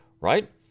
right